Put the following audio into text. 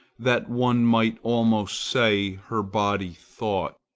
that one might almost say her body thought.